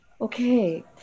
Okay